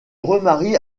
remarie